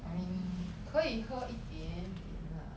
I mean 可以喝一点点 lah